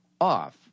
off